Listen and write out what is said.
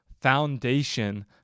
foundation